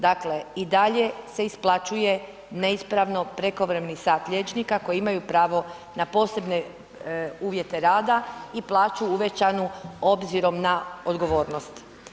Dakle, i dalje se isplaćuje neispravno prekovremeni sat liječnika koji imaju pravo na posebne uvjete rada i plaću uvećanu obzirom na odgovornost.